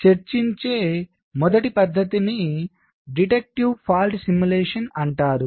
మనము చర్చించే మొదటి పద్ధతిని డిడక్టివ్ ఫాల్ట్ సిమ్యులేషన్ అంటారు